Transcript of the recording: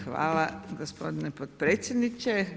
Hvala gospodine potpredsjedniče.